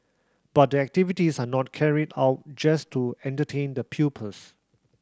but the activities are not carried out just to entertain the pupils